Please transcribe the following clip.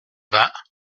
vingts